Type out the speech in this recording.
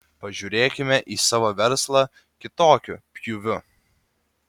pažiūrėkime į savo verslą kitokiu pjūviu